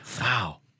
Wow